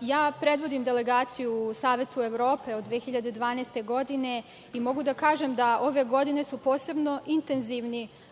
Ja predvodim delegaciju u Savetu Evrope od 2012. godine i mogu da kažem da su ove godine posebno intenzivni